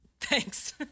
thanks